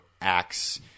acts